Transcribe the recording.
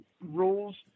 rules